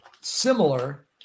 similar